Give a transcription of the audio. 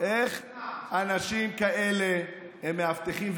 איך אנשים כאלה הם מאבטחים,